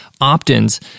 opt-ins